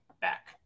back